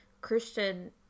Christian